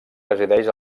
resideix